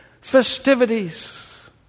festivities